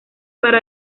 para